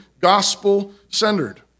gospel-centered